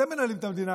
אתם מנהלים את המדינה,